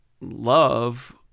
love